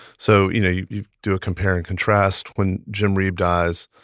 so, you know, you you do a compare and contrast. when jim reeb dies,